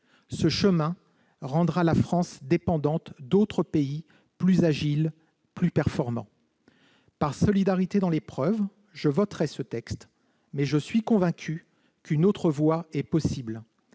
ce chemin rendra la France dépendante d'autres pays plus agiles, plus performants. Par solidarité dans l'épreuve, je voterai ce texte, ... Ah !... mais je suis convaincu qu'une autre voie est possible.